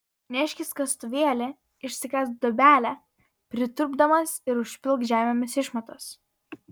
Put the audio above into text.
neškis kastuvėlį išsikask duobelę pritūpdamas ir užpilk žemėmis išmatas